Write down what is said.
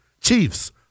Chiefs